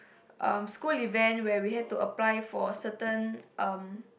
um school event where we had to apply for certain um